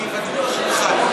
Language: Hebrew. שיבטלו אחד.